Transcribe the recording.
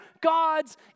God's